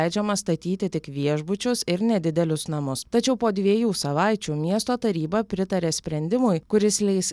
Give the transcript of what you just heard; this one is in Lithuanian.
leidžiama statyti tik viešbučius ir nedidelius namus tačiau po dviejų savaičių miesto taryba pritarė sprendimui kuris leis